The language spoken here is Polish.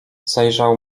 zajrzał